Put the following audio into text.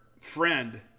friend